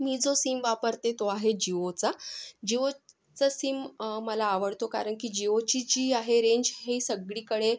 मी जो सिम वापरते तो आहे जिओचा जिओचा सिम मला आवडतो कारण की जिओची जी आहे रेंज हे सगळीकडे